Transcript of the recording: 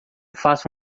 faça